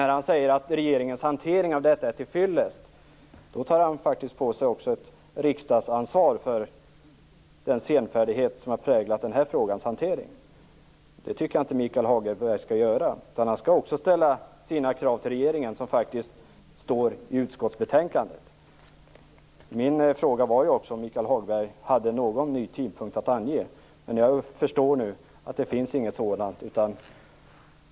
När han säger att regeringens hantering av detta är till fyllest tar han på sig ett riksdagsansvar för den senfärdighet som har präglat frågans hantering. Jag tycker att Michael Hagberg inte skall göra det, utan han skall också ställa sina krav på regeringen, som det står i utskottsbetänkandet. Min fråga var också om Michael Hagberg hade någon ny tidpunkt att ange, men jag förstår nu att det inte finns någon sådan.